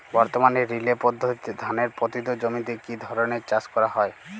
বর্তমানে রিলে পদ্ধতিতে ধানের পতিত জমিতে কী ধরনের চাষ করা হয়?